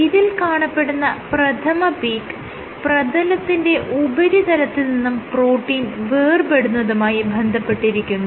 ഇതിൽ കാണപ്പെടുന്ന പ്രഥമഃ പീക്ക് പ്രതലത്തിന്റെ ഉപരിതലത്തിൽ നിന്നും പ്രോട്ടീൻ വേർപെടുന്നതുമായി ബന്ധപ്പെട്ടിരിക്കുന്നു